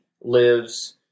lives